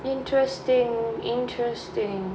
interesting interesting